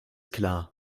klar